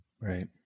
Right